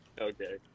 Okay